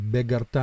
Beggar